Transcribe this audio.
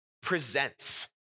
presents